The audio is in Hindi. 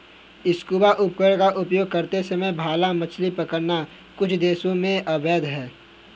स्कूबा उपकरण का उपयोग करते समय भाला मछली पकड़ना कुछ देशों में अवैध है